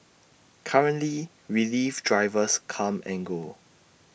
currently relief drivers come and go